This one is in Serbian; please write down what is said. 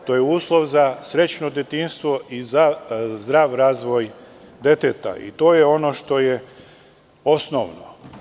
To je uslov za srećno detinjstvo i za zdrav razvoj deteta i to je ono što je osnovno.